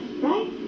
right